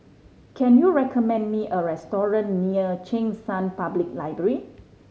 can you recommend me a restaurant near Cheng San Public Library